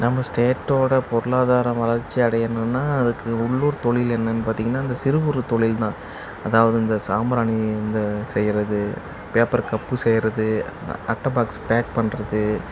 நம்ம ஸ்டேட்டோடய பொருளாதாரம் வளர்ச்சி அடையணும்னால் அதுக்கு உள்ளூர் தொழில் என்னென்னு பார்த்தீங்கன்னா இந்த சிறுபொருள் தொழில் தான் அதாவது இந்த சாம்பிராணி இந்த செய்கிறது பேப்பர் கப்பு செய்கிறது அட்டை பாக்ஸ் பேக் பண்ணுறது